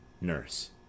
Nurse